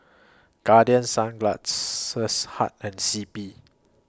Guardian Sunglass Hut and C P